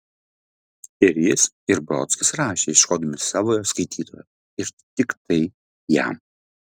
ir jis ir brodskis rašė ieškodami savojo skaitytojo ir tiktai jam